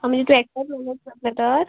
म्हणजे तूं एकटेत मेनेज करतलें तर